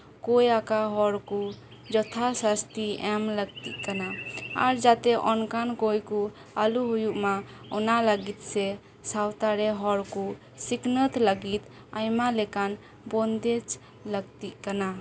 ᱠᱟᱹᱭ ᱟᱠᱟᱫ ᱦᱚᱲ ᱠᱚ ᱡᱚᱛᱷᱟ ᱥᱟᱥᱛᱤ ᱮᱢᱞᱟᱹᱠᱛᱤᱜ ᱠᱟᱱᱟ ᱟᱨ ᱡᱟᱛᱮ ᱚᱱᱠᱟᱱ ᱠᱟᱹᱭ ᱠᱚ ᱟᱞᱚ ᱦᱩᱭᱩᱜ ᱢᱟ ᱚᱱᱟ ᱞᱟᱹᱜᱤᱫ ᱥᱮ ᱥᱟᱶᱛᱨᱮᱱ ᱦᱚᱲ ᱠᱚ ᱥᱤᱠᱷᱱᱟᱹᱛ ᱞᱟᱹᱜᱤᱫ ᱟᱭᱢᱟ ᱞᱮᱠᱟᱱ ᱵᱚᱱᱫᱮᱡᱽ ᱞᱟᱹᱠᱛᱤᱜ ᱠᱟᱱᱟ